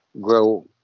grow